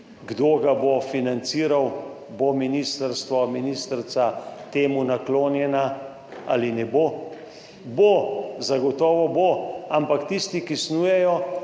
kdo ga bo financiral, bo ministrstvo, ministrica temu naklonjena ali ne bo. Bo, zagotovo bo, ampak tisti, ki snujejo